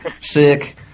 sick